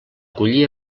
collir